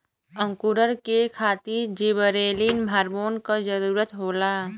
अंकुरण के खातिर जिबरेलिन हार्मोन क जरूरत होला